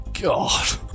God